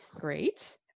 Great